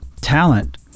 talent